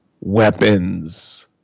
weapons